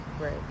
right